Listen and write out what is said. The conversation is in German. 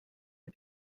der